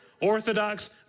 orthodox